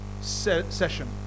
session